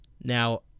Now